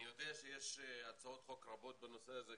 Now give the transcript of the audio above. אני יודע שיש הצעות חוק רבות בנושא הזה,